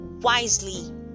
wisely